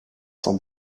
sans